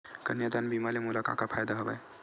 कन्यादान बीमा ले मोला का का फ़ायदा हवय?